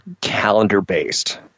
calendar-based